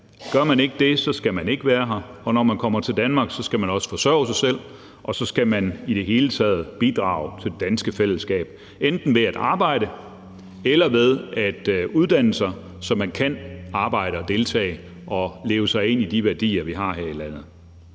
Gør man ikke det, skal man ikke være her. Og når man kommer til Danmark, skal man også forsørge sig selv, og så skal man i det hele taget bidrage til det danske fællesskab, enten ved at arbejde eller ved at uddanne sig, så man kan arbejde og deltage og leve sig ind i de værdier, vi har her i landet.